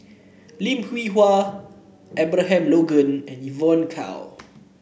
Lim Hwee Hua Abraham Logan and Evon Kow